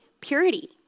purity